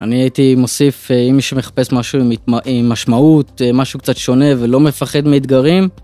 אני הייתי מוסיף, אם מישהו מחפש משהו עם משמעות, משהו קצת שונה ולא מפחד מאתגרים...